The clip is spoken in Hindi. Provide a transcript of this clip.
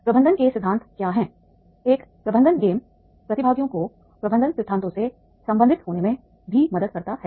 प्रबंधन के सिद्धांत क्या हैं एक प्रबंधन गेम प्रतिभागियों को प्रबंधन सिद्धांतों से संबंधित होने में भी मदद करता है